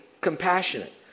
compassionate